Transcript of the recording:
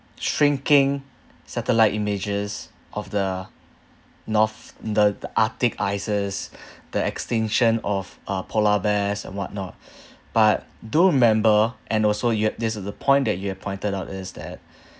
shrinking satellite images of the north the the arctic ices the extinction of uh polar bears and whatnot but do remember and also yup this is the point that you have pointed out is that